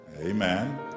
Amen